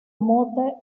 motte